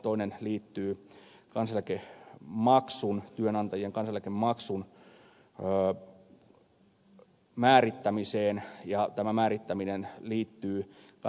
toinen liittyy työnantajien kansaneläkemaksun määrittämiseen ja tämä määrittäminen liittyy että